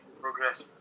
progress